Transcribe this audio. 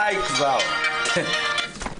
בצד הזה של האולם,